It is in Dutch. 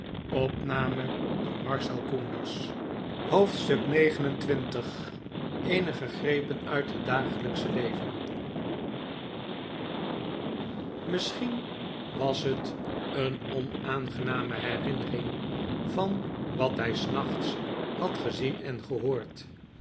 hoofdstuk xxix eenige grepen nit het dagelijksche leven misschien was het een onaangename herinnering van wat hij r s nachts had gezien en gehoord